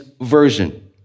Version